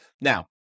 Now